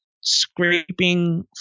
scraping